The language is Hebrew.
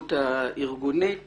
התרבות האירגונית